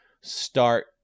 start